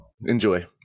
Enjoy